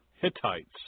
Hittites